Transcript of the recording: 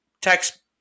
text